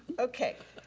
okay,